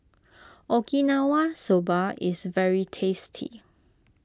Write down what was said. Okinawa Soba is very tasty